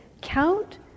count